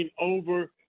over